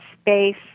space